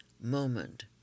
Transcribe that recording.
moment